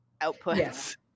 outputs